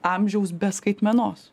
amžiaus be skaitmenos